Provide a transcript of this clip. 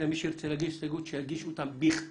מי שירצה להגיש הסתייגות, שיגיש בכתב,